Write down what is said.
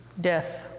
death